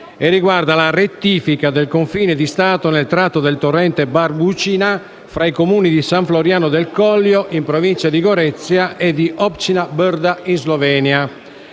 riguarda la rettifica del confine di Stato nel tratto del torrente Barbucina fra i comuni di San Floriano del Collio (in provincia di Gorizia) e di Obĉina Brda (in Slovenia).